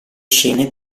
scene